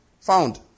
found